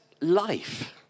life